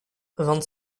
vingt